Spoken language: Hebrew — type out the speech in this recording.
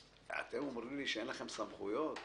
אתם אומרים שאין לכם סמכויות?